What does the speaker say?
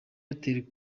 airtel